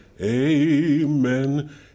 amen